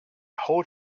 hold